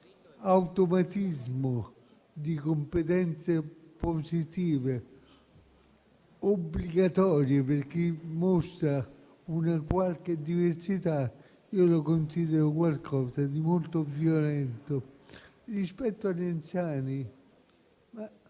automatismo di competenze positive obbligatorie per chi mostra una qualche diversità io lo considero qualcosa di molto violento. Quanto agli anziani,